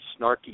Snarky